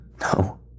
No